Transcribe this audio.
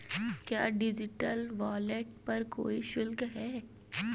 क्या digital wallet पर कोई शुल्क है?